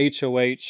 HOH